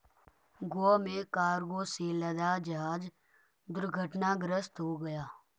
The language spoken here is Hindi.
गोवा में कार्गो से लदा जहाज दुर्घटनाग्रस्त हो गया